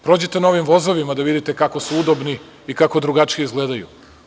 Prođite novim vozovima da vidite kako su udobni i kako drugačije izgledaju.